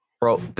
bro